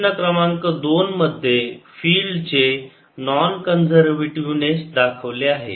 प्रश्न क्रमांक दोन मध्ये फिल्ड चे नॉन कॉंजेर्वेटिव्ह नेस दाखवले आहे